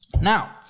Now